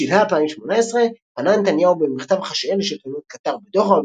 בשלהי 2018 פנה נתניהו במכתב חשאי אל שלטונות קטאר בדוחה,